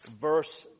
verse